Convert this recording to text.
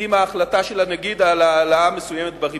עם ההחלטה של הנגיד על ההעלאה המסוימת בריבית.